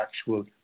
actual